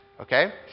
Okay